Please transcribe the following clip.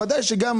ודאי שגם